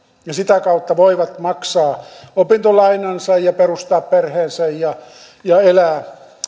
ja sitä kautta voivat maksaa opintolainansa ja perustaa perheensä ja elää